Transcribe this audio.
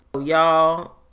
Y'all